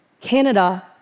Canada